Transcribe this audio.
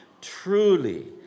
truly